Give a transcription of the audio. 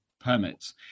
permits